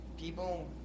people